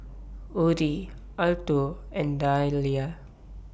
Orie Alto and Dalia